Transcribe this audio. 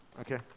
Okay